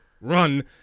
Run